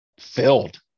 filled